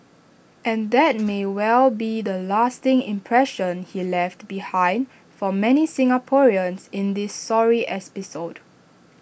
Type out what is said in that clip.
and that may well be the lasting impression he left behind for many Singaporeans in this sorry